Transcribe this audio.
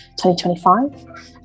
2025